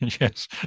Yes